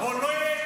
לא.